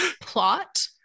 plot